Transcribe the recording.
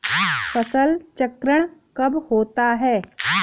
फसल चक्रण कब होता है?